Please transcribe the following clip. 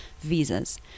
visas